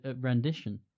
rendition